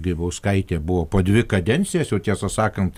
grybauskaitė buvo po dvi kadencijas jau tiesą sakant